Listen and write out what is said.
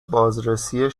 بازرسی